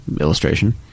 illustration